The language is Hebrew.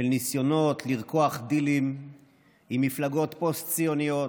של ניסיונות לרקוח דילים עם מפלגות פוסט-ציוניות,